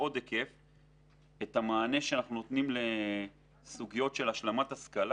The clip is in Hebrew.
את המענה שאנחנו נותנים לסוגיות של השלמת השכלה.